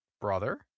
Brother